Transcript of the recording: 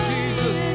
Jesus